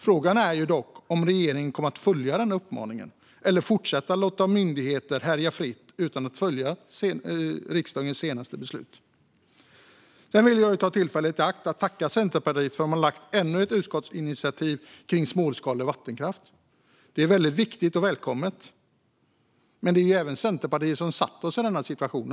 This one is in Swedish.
Frågan är dock om regeringen kommer att följa uppmaningen eller fortsätta att låta myndigheter härja fritt utan att följa riksdagens senaste beslut. Jag vill ta tillfället i akt att tacka Centerpartiet för att de har föreslagit ännu ett utskottsinitiativ i fråga om småskalig vattenkraft. Det är viktigt och välkommet. Men det är även Centerpartiet som har satt oss i denna situation.